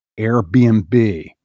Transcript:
Airbnb